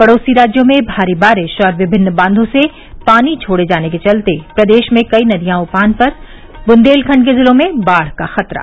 पड़ोसी राज्यों में भारी बारिश और विभिन्न बांधों से पानी छोड़े जाने के चलते प्रदेश में कई नदियां उफान पर बुन्देलखंड के जिलों में बाढ़ का खतरा